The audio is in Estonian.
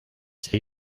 see